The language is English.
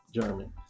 German